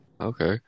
okay